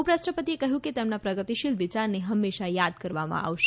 ઉપરાષ્ટ્રપતિએ કહ્યું કે તેમના પ્રગતિશીલ વિચારને હંમેશા યાદ કરવામાં આવશે